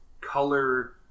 color